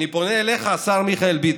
ואני פונה אליך, השר מיכאל ביטון,